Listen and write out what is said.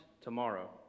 tomorrow